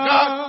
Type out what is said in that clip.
God